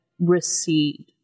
recede